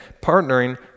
partnering